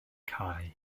cae